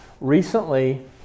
Recently